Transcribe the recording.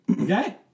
Okay